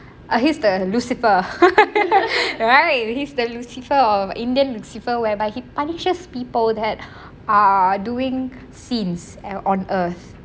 err he's the lucifer right he's the lucifer our indian lucifer whereby he punishes people that err doing sins on earth